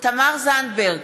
תמר זנדברג,